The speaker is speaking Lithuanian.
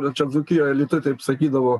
čia dzūkijoj alytuj taip sakydavo